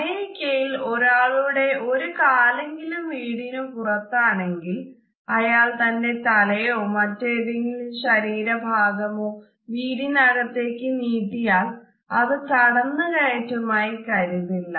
അമേരിയ്ക്കയിൽ ഒരാളുടെ ഒരു കാലെങ്കിലും വീടിനു പുറത്താണെങ്കിൽ അയാൾ തന്റെ തലയോ മറ്റേതെങ്കിലും ശരീര ഭാഗമോ വീടിനകത്തേക്ക് നീട്ടിയാൽ അത് കടന്നു കയറ്റമായി കരുതില്ല